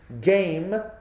game